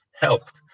helped